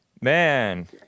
man